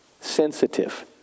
sensitive